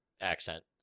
accent